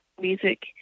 music